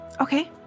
Okay